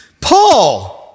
Paul